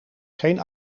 geen